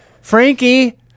Frankie